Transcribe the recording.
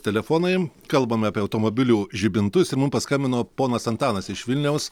telefonai kalbame apie automobilių žibintus ir mum paskambino ponas antanas iš vilniaus